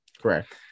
Correct